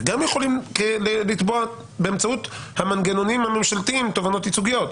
וגם יכולים לתבוע באמצעות המנגנונים הממשלתיים תובענות ייצוגיות,